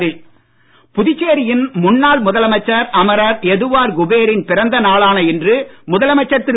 குபேர் புதுச்சேரியில் முன்னாள் முதலமைச்சர் அமர எதுவார் குபேரின் பிறந்த நாளான இன்று முதலமைச்சர் திரு